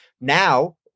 Now